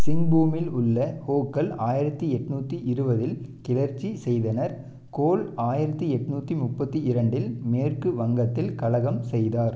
சிங்பூமில் உள்ள ஹோக்கள் ஆயிரத்து எட்நூற்றி இருபதில் கிளர்ச்சி செய்தனர் கோல் ஆயிரத்து எட்நூற்றி முப்பத்து இரண்டில் மேற்கு வங்கத்தில் கலகம் செய்தார்